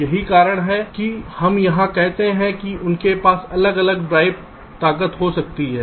यही कारण है कि हम यहां कहते हैं कि उनके पास अलग अलग ड्राइव ताकत हो सकती है